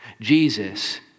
Jesus